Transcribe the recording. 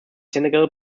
senegal